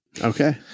Okay